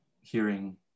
hearing